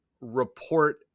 report